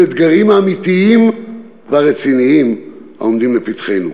האתגרים האמיתיים והרציניים העומדים לפתחנו.